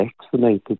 vaccinated